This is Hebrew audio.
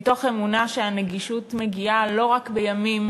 מתוך אמונה שהנגישות מגיעה לא רק בימים